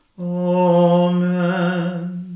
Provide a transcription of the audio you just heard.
Amen